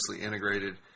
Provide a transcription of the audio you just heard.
integrated